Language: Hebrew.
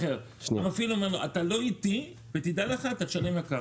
המפעיל אומר לו שהוא לא איתו ושידע שהוא ישלם יקר.